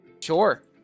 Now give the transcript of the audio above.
sure